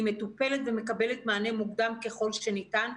היא מטופלת ומקבלת מענה מוקדם ככל שניתן.